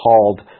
called